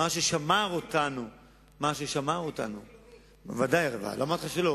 חילוני, מה ששמר אותנו, בוודאי, לא אמרתי לך שלא.